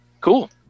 Cool